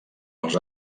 als